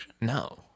No